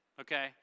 Okay